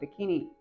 bikini